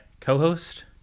co-host